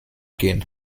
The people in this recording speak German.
gehen